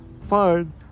fine